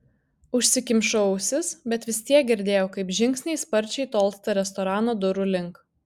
užsikimšau ausis bet vis tiek girdėjau kaip žingsniai sparčiai tolsta restorano durų link